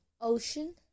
ocean